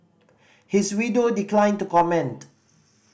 his widow declined to comment